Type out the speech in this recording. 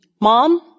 Mom